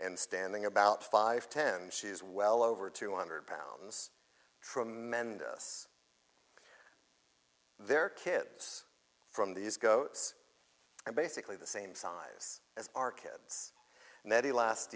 and standing about five ten she's well over two hundred pounds tremendous their kids from these goats and basically the same size as our kids